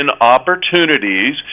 opportunities